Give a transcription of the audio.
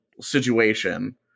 situation